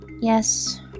yes